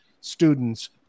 students